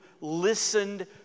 listened